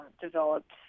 developed